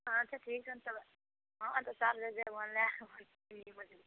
हाँ अच्छा ठीक छै तब हाँ तऽ साल ई मछली